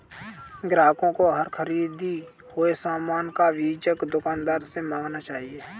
ग्राहकों को हर ख़रीदे हुए सामान का बीजक दुकानदार से मांगना चाहिए